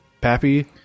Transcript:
Pappy